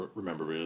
remember